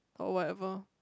oh whatever